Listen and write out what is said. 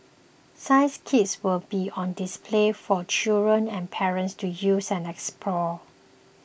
science kits will be on display for children and parents to use and explore